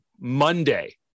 Monday